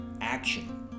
action